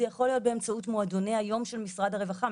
זה יכול להיות באמצעות מועדוני היום של משרד הרווחה,